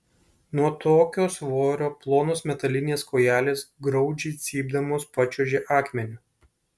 nuo tokio svorio plonos metalinės kojelės graudžiai cypdamos pačiuožė akmeniu